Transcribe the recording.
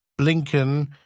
Blinken